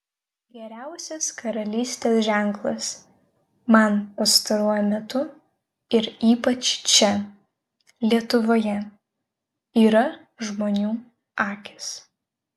geriausias karalystės ženklas man pastaruoju metu ir ypač čia lietuvoje yra žmonių akys